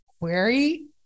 query